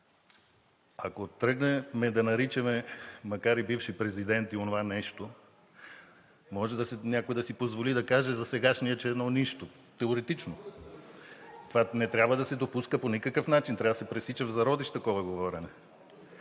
Ако тръгнем да наричаме, макар и бивши президенти „онова нещо“ може някой да си позволи да каже за сегашния, че е „едно нищо“, теоретично. Това не трябва да се допуска по никакъв начин, трябва да се пресича в зародиш такова говорене.